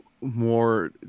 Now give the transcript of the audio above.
more